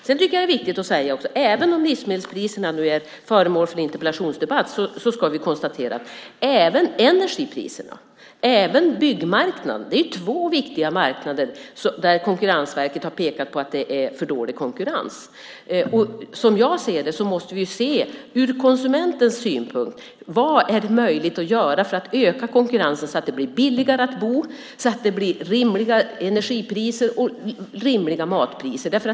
Det är också viktigt att säga att även om livsmedelspriserna nu är föremål för en interpellationsdebatt ska vi konstatera att även energi och byggmarknaderna är två viktiga marknader där Konkurrensverket har pekat på att det är för dålig konkurrens. Som jag ser det måste vi se det ur konsumentens synpunkt: Vad är möjligt att göra för att öka konkurrensen så att det blir billigare att bo, rimliga energipriser och rimliga matpriser?